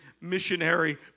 missionary